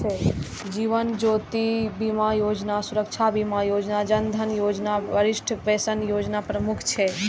जीवन ज्योति बीमा योजना, सुरक्षा बीमा योजना, जन धन योजना, वरिष्ठ पेंशन योजना प्रमुख छै